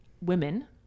women